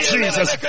Jesus